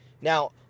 Now